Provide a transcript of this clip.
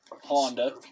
Honda